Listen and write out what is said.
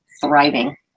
thriving